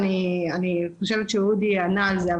אני חושבת שאודי ענה על זה,